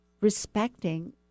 respecting